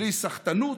בלי סחטנות,